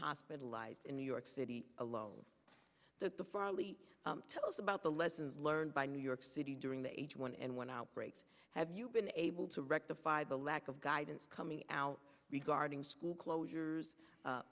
hospitalized in new york city alone that the farley tell us about the lessons learned by new york city during the h one n one outbreak have you been able to rectify the lack of guidance coming out guarding school closures